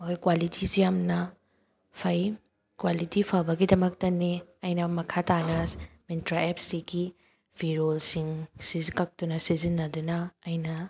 ꯍꯣꯏ ꯀ꯭ꯋꯥꯂꯤꯇꯤꯁꯨ ꯌꯥꯝꯅ ꯐꯩ ꯀ꯭ꯋꯥꯂꯤꯇꯤ ꯐꯕꯒꯤꯗꯃꯛꯇꯅꯤ ꯑꯩꯅ ꯃꯈꯥ ꯇꯥꯅ ꯃꯤꯟꯇ꯭ꯔꯥ ꯑꯦꯞꯁꯤꯒꯤ ꯐꯤꯔꯣꯜꯁꯤꯡ ꯁꯤ ꯀꯛꯇꯨꯅ ꯁꯤꯖꯤꯟꯅꯗꯨꯅ ꯑꯩꯅ